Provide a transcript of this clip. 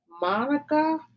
Monica